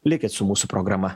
likit su mūsų programa